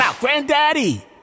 Granddaddy